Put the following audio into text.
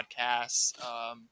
Podcasts